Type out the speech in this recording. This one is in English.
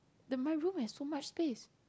the my room has so much space